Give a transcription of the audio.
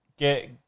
get